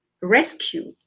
rescue